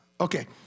okay